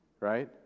right